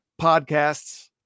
podcasts